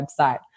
website